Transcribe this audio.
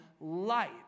light